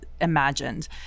imagined